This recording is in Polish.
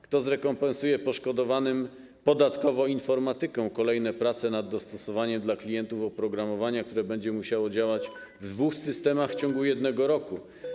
Kto zrekompensuje poszkodowanym podatkowo informatykom kolejne prace nad dostosowaniem dla klientów oprogramowania, które będzie musiało działać w dwóch systemach w ciągu jednego roku?